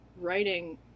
writing